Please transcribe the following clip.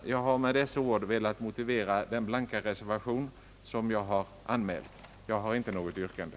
Jag har med dessa ord velat motivera den blanka reservation som jag har anmält. Jag har inte något yrkande.